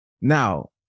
Now